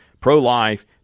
pro-life